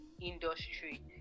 industry